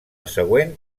següent